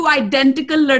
identical